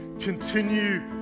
continue